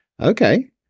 Okay